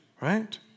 Right